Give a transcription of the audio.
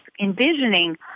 envisioning